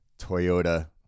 Toyota